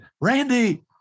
Randy